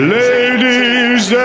ladies